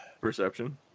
Perception